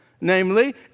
namely